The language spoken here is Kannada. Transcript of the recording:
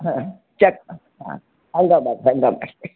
ಹಾಂ ಚಕ್ ಹಾಂ